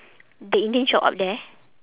the indian shop up there